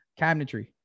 cabinetry